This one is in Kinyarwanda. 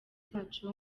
zacu